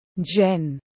jen